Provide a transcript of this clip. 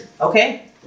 Okay